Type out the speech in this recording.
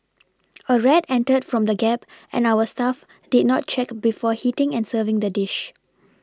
a rat entered from the gap and our staff did not check before heating and serving the dish